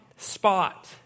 spot